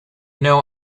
know